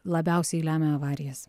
labiausiai lemia avarijas